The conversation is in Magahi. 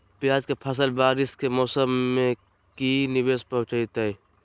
प्याज के फसल बारिस के मौसम में की निवेस पहुचैताई?